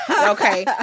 Okay